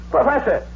Professor